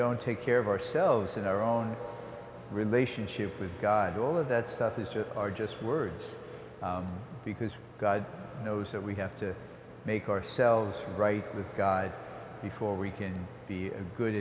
don't take care of ourselves in our own relationship with god all of that stuff is just are just words because god knows that we have to make ourselves right with god before we can be a good